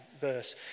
verse